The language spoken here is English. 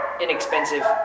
inexpensive